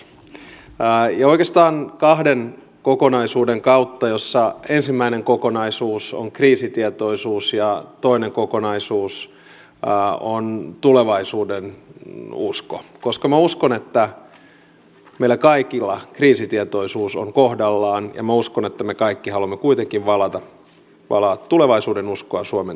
rakentava lopetus ja oikeastaan kahden kokonaisuuden kautta joista ensimmäinen kokonaisuus on kriisitietoisuus ja toinen kokonaisuus on tulevaisuudenusko koska minä uskon että meillä kaikilla kriisitietoisuus on kohdallaan ja minä uskon että me kaikki haluamme kuitenkin valaa tulevaisuudenuskoa suomen talouteen